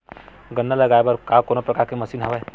गन्ना लगाये बर का कोनो प्रकार के मशीन हवय?